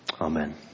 Amen